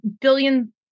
billion